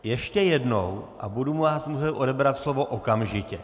Ještě jednou a budu vám muset odebrat slovo okamžitě!